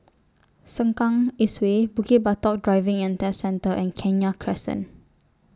Sengkang East Way Bukit Batok Driving and Test Centre and Kenya Crescent